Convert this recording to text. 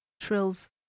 trills